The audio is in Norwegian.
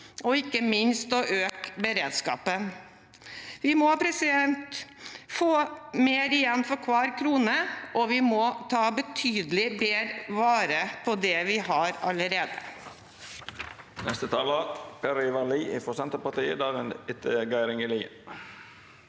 og ikke minst øke beredskapen. Vi må få mer igjen for hver krone, og vi må ta betydelig bedre vare på det vi allerede